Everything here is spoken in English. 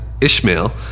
Ishmael